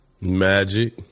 magic